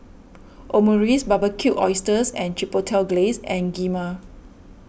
Omurice Barbecued Oysters with Chipotle Glaze and Kheema